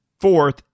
Fourth